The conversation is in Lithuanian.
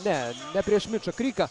ne ne prieš mičą kryką